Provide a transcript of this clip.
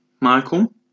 Michael